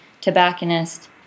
tobacconist